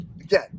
Again